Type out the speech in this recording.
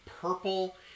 purple